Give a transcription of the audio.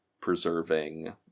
preserving